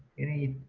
any,